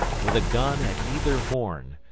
with a gun at either horn,